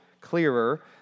clearer